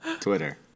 Twitter